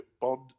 Bond